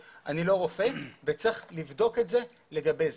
אני לא רופא וצריך לבדוק את זה לגבי זה.